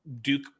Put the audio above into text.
Duke